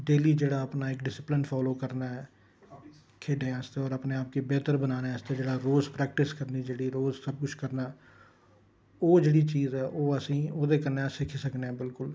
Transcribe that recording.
daily जेह्ड़ा ऐ अपना इक डिस्पलिन फालो करना ऐ खेढने आस्तै होर अपने आप गी बेह्तर बनाने आस्तै जेह्ड़ा रोज प्रैक्टिस करनी जेह्ड़ी रोज़ सब किश करना ओह् जेह्ड़ी चीज ऐ ओह् असेंगी ओह्दे कन्नै सिक्खी सकने बिलकुल